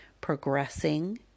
progressing